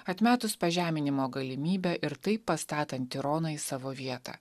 atmetus pažeminimo galimybę ir taip pastatant tironą į savo vietą